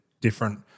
different